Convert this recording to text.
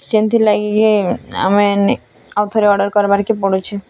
ଯେନ୍ଥିର୍ଲାଗି କି ଆମେ ଆଉ ଥରେ ଅର୍ଡ଼ର୍ କର୍ବାର୍କେ ପଡ଼ୁଛେ